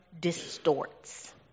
distorts